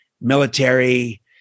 military